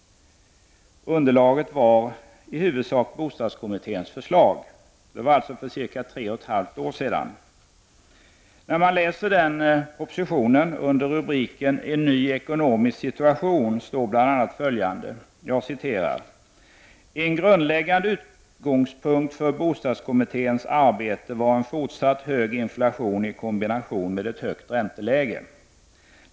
Underlaget var i huvudsak bostadskommitténs förslag. Det var alltså för cirka tre och ett halvt år sedan. Under rubriken En ny ekonomisk situation stod bl.a. följande: ”En grundläggande utgångspunkt för bostadskommitténs arbete var en fortsatt hög inflation i kombination med ett högt ränteläge.